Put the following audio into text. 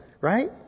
right